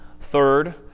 Third